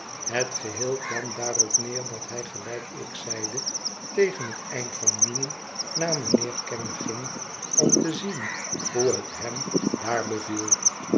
het geheel kwam daarop neer dat hij gelijk ik zeide tegen het eind van juni naar mijnheer kenge ging om te zien hoe het hem daar beviel